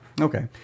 okay